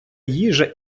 їжа